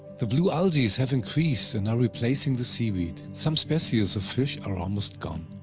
the blue algaes have increased and are replacing the seaweed. some species of fish are almost gone.